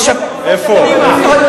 לא של קדימה.